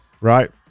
Right